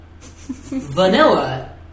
Vanilla